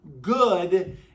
good